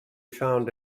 found